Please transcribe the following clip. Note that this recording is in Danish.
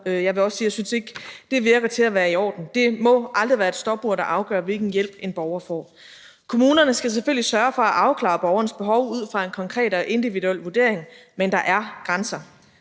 jeg vil også sige, at jeg synes ikke, det virker til at være i orden. Det må aldrig være et stopur, der afgør, hvilken hjælp en borger får. Kommunerne skal selvfølgelig sørge for at afklare borgerens behov ud fra en konkret og individuel vurdering, men der er grænser.